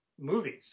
movies